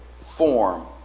form